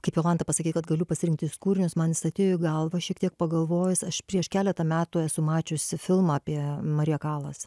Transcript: kaip jolanta pasakei kad galiu pasirinkt tris kūrinius man jis atėjo į galvą šiek tiek pagalvojus aš prieš keletą metų esu mačiusi filmą apie mariją kalas